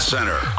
Center